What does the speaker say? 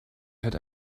had